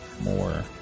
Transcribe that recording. more